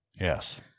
Yes